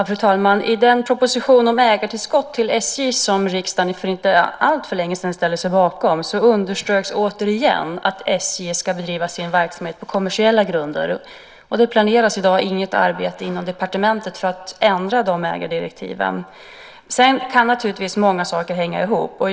Fru talman! I den proposition om ägartillskott till SJ som riksdagen för inte alltför länge sedan ställde sig bakom underströks återigen att SJ ska bedriva sin verksamhet på kommersiella grunder. Det planeras i dag inget arbete inom departementet för att ändra de ägardirektiven. Många saker kan naturligtvis hänga ihop.